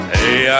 Hey